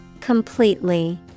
Completely